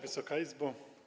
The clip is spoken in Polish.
Wysoka Izbo!